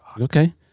Okay